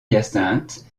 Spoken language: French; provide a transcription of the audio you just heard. hyacinthe